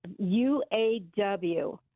UAW